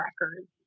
records